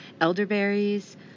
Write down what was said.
Elderberries